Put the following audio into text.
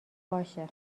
باشه